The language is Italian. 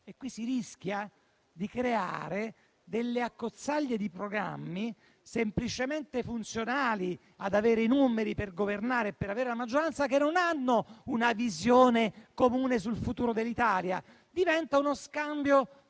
Qui si rischia di creare delle accozzaglie di programmi semplicemente funzionali ad avere i numeri per governare e per avere la maggioranza, senza una visione comune sul futuro dell'Italia. Diventa uno scambio di